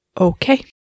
Okay